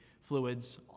fluids